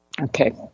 Okay